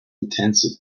intensive